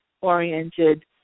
oriented